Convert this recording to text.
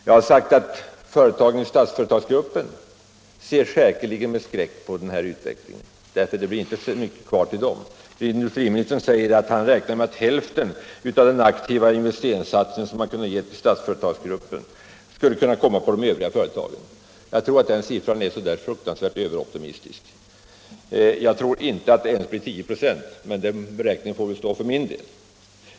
Jag har sagt att företag i Statsföretagsgruppen säkerligen ser med skräck på den här utvecklingen, därför att det inte blir mycket kvar åt dem. Industriministern räknar med att hälften av den aktiva investeringssatsningen till Statsföretagsgruppen skulle kunna komma de övriga företagen till del. Jag tror att den siffran är oerhört överoptimistisk. Jag tror inte ens att det blir 10 926, men den uppskattningen får ju stå för min räkning.